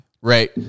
Right